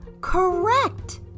correct